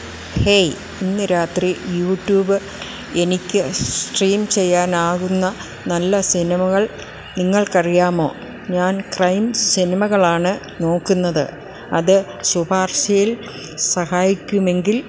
hey ഇന്ന് രാത്രി യൂട്യൂബില് എനിക്ക് സ്ട്രീം ചെയ്യാനാകുന്ന നല്ല സിനിമകൾ നിങ്ങൾക്കറിയാമോ ഞാൻ ക്രൈം സിനിമകളാണ് നോക്കുന്നത് അത് ശുപാർശയിൽ സഹായിക്കുമെങ്കിൽ